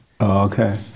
Okay